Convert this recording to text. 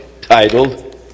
titled